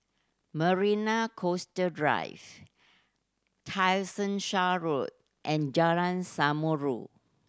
Marina Coastal Drive Road and Jalan Samulun